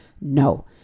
No